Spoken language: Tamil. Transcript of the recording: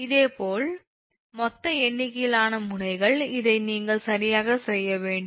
இதேபோல் மொத்த எண்ணிக்கையிலான முனைகள் இதை நீங்கள் சரியாக செய்ய வேண்டும்